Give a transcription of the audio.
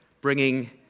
bringing